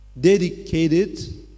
Dedicated